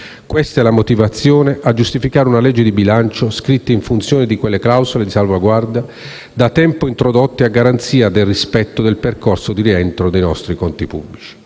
secondo il Governo, un disegno di legge di bilancio scritto in funzione di quelle clausole di salvaguardia da tempo introdotte a garanzia del rispetto del percorso di rientro dei nostri conti pubblici.